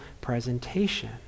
presentation